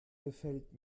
gefällt